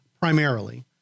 primarily